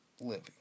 living